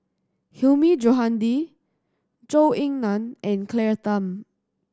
Hilmi Johandi Zhou Ying Nan and Claire Tham